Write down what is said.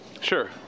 Sure